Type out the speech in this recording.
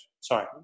Sorry